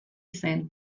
zen